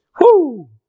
Whoo